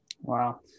Wow